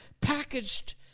packaged